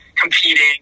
Competing